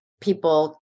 people